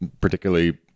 particularly